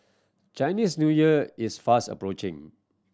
Chinese New Year is fast approaching